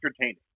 entertaining